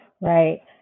Right